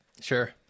Sure